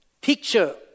picture